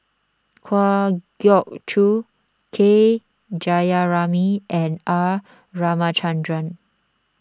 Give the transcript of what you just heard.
Kwa Geok Choo K Jayamani and R Ramachandran